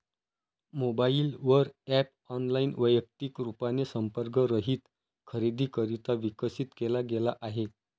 mobile वर app online, वैयक्तिक रूपाने संपर्क रहित खरेदीकरिता विकसित केला गेला आहे